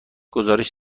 گزارش